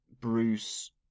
Bruce